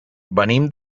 venim